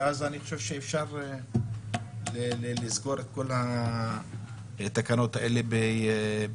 ואז אני חושב שאפשר לסגור את כל התקנות האלה בהסכמה.